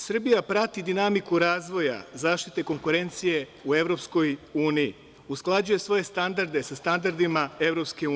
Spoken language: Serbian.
Srbija prati dinamiku razvoja zaštite konkurencije u EU, usklađuje svoje standarde sa standardima EU.